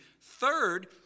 Third